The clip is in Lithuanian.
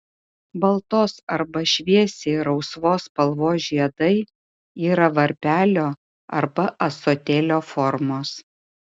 baltos arba šviesiai rausvos spalvos žiedai yra varpelio arba ąsotėlio formos